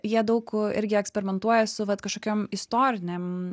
jie daug irgi eksperimentuoja su vat kažkokiom istorinėm